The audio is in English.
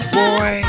boy